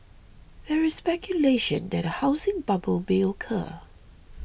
there is speculation that a housing bubble may occur